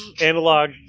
Analog